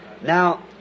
Now